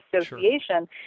association